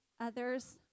others